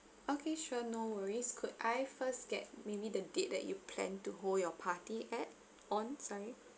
okay sure no worries could I first get maybe the date that you plan to hold your party at on sorry